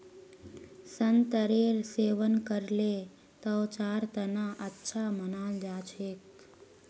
संतरेर सेवन करले त्वचार तना अच्छा मानाल जा छेक